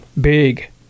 Big